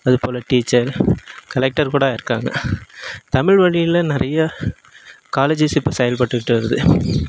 அதுபோல் teacher collector கூட இருக்காங்க தமிழ் வழியில் நிறையா காலேஜஸ் இப்போ செயல்பட்டுக்கிட்டு வருது